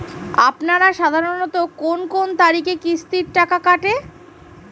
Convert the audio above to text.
আপনারা সাধারণত কোন কোন তারিখে কিস্তির টাকা কাটে?